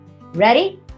Ready